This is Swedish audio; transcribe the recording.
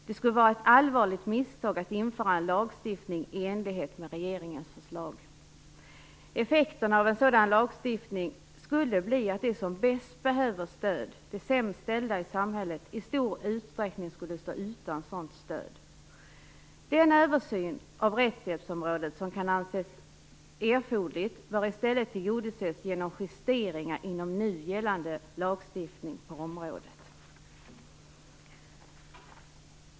Det skulle vara ett allvarligt misstag att införa en lagstiftning i enlighet med regeringens förslag. Effekterna av en sådan lagstiftning skulle bli att de som bäst behöver stöd, de sämst ställda i samhället, i stor utsträckning skulle stå utan sådant stöd. Den översyn av rättshjälpsområdet som kan anses erforderlig bör i stället tillgodoses genom justeringar inom nu gällande lagstiftning på området.